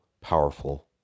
powerful